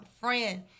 friend